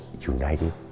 united